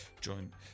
Join